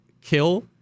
kill